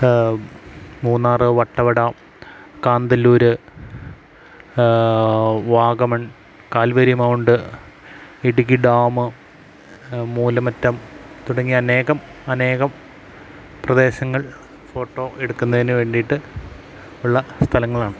Munnar Vattavada Kanthalloor Vagamon Calvary Mount Idukki dam Moolamattom തുടങ്ങി അനേകം അനേകം പ്രദേശങ്ങൾ ഫോട്ടോ എടുക്കുന്നതിന് വേണ്ടിയിട്ട് ഉള്ള സ്ഥലങ്ങളാണ്